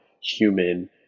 human